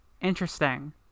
Interesting